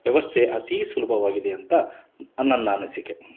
ವ್ಯವಸ್ಥೆ ಅತೀ ಸುಲಭವಾಗಿದೆ ಅಂತ ನನ್ನ ಅನಿಸಿಕೆ